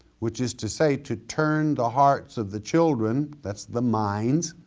which is to say to turn the hearts of the children, that's the minds,